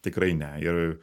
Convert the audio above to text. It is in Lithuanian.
tikrai ne ir